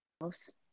house